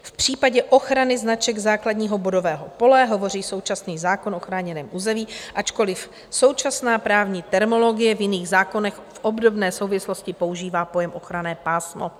V případě ochrany značek základního bodového pole hovoří současný zákon o chráněném území, ačkoliv současná právní terminologie v jiných zákonech v obdobné souvislosti používá pojem ochranné pásmo.